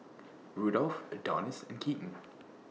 Rudolf Adonis and Keaton